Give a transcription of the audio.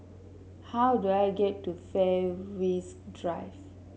how do I get to Fairways Drive